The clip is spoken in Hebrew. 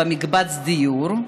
במקבץ דיור,